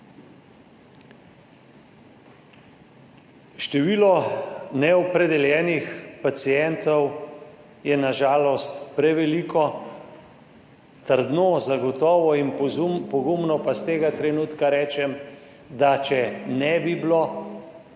Število neopredeljenih pacientov je na žalost preveliko, trdno, zagotovo in pogumno pa v tem trenutku rečem, če ne bi bilo